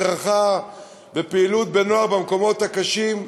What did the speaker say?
הדרכה ופעילות עם נוער במקומות קשים,